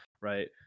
right